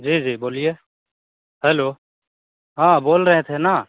जी जी बोलिए हैलो हाँ बोल रहे थे ना